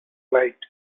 light